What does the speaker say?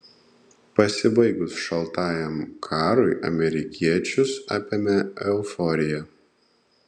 pasibaigus šaltajam karui amerikiečius apėmė euforija